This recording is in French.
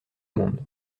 monde